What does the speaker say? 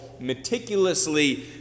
meticulously